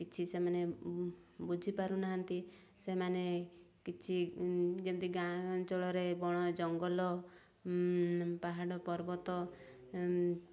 କିଛି ସେମାନେ ବୁଝିପାରୁନାହାଁନ୍ତି ସେମାନେ କିଛି ଯେମିତି ଗାଁ ଅଞ୍ଚଳରେ ବଣ ଜଙ୍ଗଲ ପାହାଡ଼ ପର୍ବତ